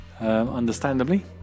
understandably